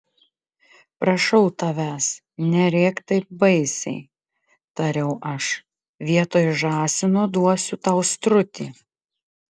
prašau tavęs nerėk taip baisiai tariau aš vietoj žąsino duosiu tau strutį